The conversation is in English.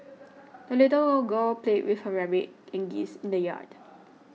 the little girl played with her rabbit and geese in the yard